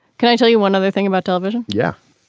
can i tell you one other thing about television? yeah.